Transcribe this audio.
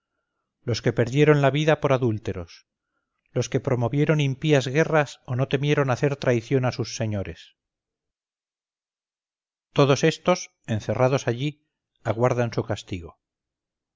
los que perdieron la vida por adúlteros los que promovieron impías guerras o no temieron hacer traición a sus señores todos estos encerrados allí aguardan su castigo